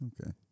Okay